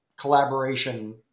collaboration